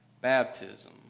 baptism